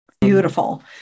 Beautiful